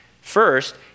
First